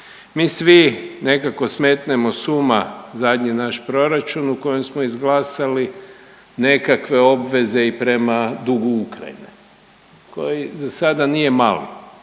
Mi svi nekako smetnemo s uma zadnji naš proračun u kojem smo izglasali nekakve obveze i prema dugu Ukrajine, koji zasada nije mali